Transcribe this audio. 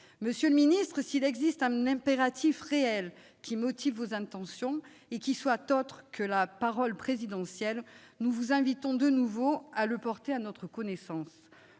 Monsieur le ministre, s'il existe un impératif réel qui motive vos intentions, et qui ne soit pas la seule parole présidentielle, nous vous invitons de nouveau à le porter à notre connaissance.